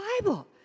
Bible